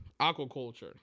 aquaculture